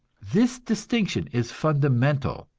this distinction is fundamental,